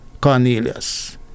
Cornelius